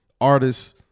artists